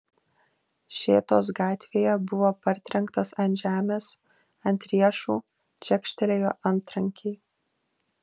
šėtos gatvėje buvo partrenktas ant žemės ant riešų čekštelėjo antrankiai